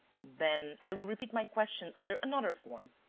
then i will repeat my question under another form.